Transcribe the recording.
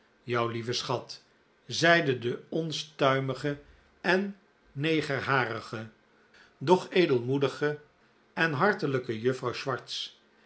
jou lieve schat zeide de onstuimige en neger harige doch edelmoedige en hartelijke juffrouw swartz